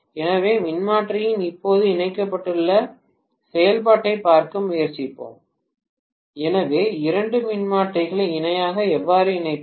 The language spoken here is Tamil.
எனவே மின்மாற்றியின் இப்போது இணையான செயல்பாட்டைப் பார்க்க முயற்சிப்போம் எனவே இரண்டு மின்மாற்றிகளை இணையாக எவ்வாறு இணைப்பது